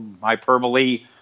hyperbole